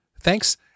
Thanks